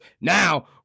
now